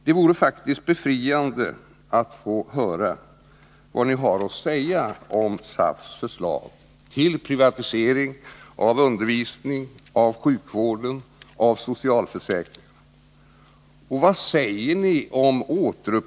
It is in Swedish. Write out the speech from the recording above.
Det vore faktiskt Besparingar i befriande att få höra vad ni har att säga om SAF:s förslag till privatisering av — statsverksamheten, undervisning, sjukvård och socialförsäkringar. Vad säger ni om återupplimm.m.